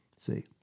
See